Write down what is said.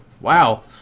wow